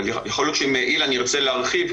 יכול להיות שאם אילן ירצה להרחיב,